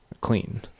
Clean